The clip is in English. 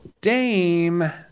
Dame